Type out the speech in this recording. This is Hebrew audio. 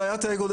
בעיית האגו,